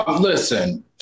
Listen